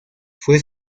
fue